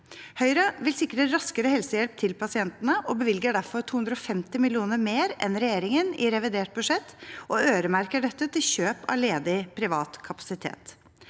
Høyre vil sikre raskere helsehjelp til pasientene og bevilger derfor 250 mill. kr mer enn regjeringen i revidert budsjett og øremerker dette til kjøp av ledig privat kapasitet.